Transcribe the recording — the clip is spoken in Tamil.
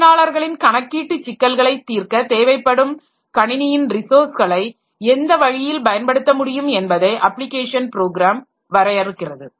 பயனாளர்களின் கணக்கீட்டு சிக்கல்களை தீர்க்க தேவைப்படும் கணினியின் ரிஸாேஸ்களை எந்த வழியில் பயன்படுத்த முடியும் என்பதை அப்ளிகேஷன் ப்ரோக்ராம் வரையறுக்கிறது